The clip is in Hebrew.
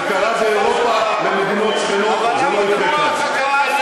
זה קרה באירופה, במדינות שכנות, זה לא יקרה כאן.